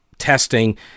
testing